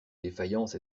défaillance